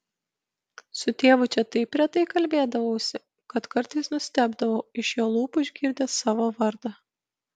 su tėvu čia taip retai kalbėdavausi kad kartais nustebdavau iš jo lūpų išgirdęs savo vardą